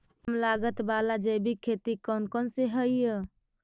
कम लागत वाला जैविक खेती कौन कौन से हईय्य?